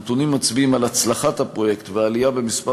הנתונים מצביעים על הצלחת הפרויקט ועל עלייה במספר